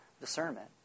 discernment